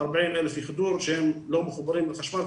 40,000 יחידות דיור שהם לא מחוברים לחשמל,